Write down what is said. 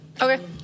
Okay